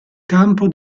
campo